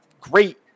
great